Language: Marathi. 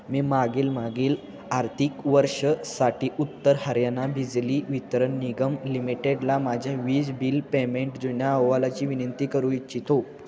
मी मागील मागील आर्थिक वर्षसाठी उत्तर हरियाना बिजिली वितरण निगम लिमिटेडला माझ्या वीज बिल पेमेंट जुन्या अहवालाची विनंती करू इच्छितो